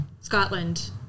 Scotland